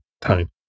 time